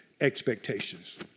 expectations